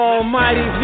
Almighty